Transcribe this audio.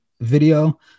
video